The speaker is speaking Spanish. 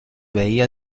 veía